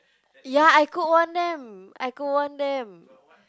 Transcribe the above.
ya I could warn them I could warn them